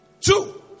Two